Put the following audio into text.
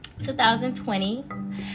2020